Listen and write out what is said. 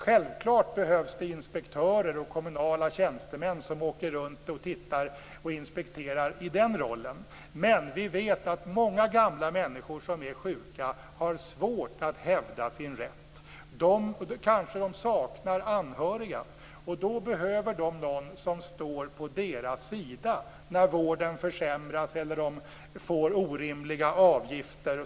Självfallet behövs det inspektörer och kommunala tjänstemän som åker runt och tittar och inspekterar i den rollen, men vi vet att många gamla människor som är sjuka har svårt att hävda sin rätt. De kanske saknar anhöriga. Då behöver de någon som står på deras sida när vården försämras eller när de får orimliga avgifter.